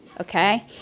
okay